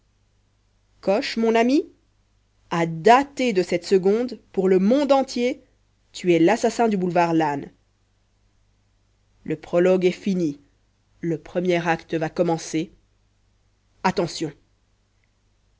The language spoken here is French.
coche mon ami à dater de cette seconde pour le monde entier tu es l'assassin du boulevard lannes le prologue est fini le premier acte va commencer attention